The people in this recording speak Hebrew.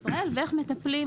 מקלב: